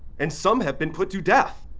and some have been put to death.